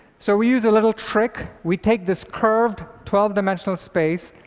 so we use a little trick. we take this curved twelve dimensional space,